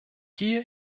gehe